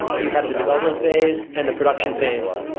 you have the development phase and the production phase.